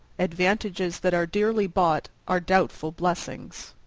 advantages that are dearly bought are doubtful blessings.